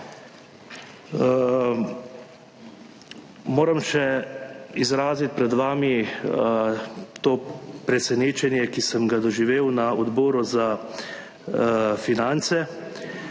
Moram še izraziti pred vami to presenečenje, ki sem ga doživel na Odboru za finance,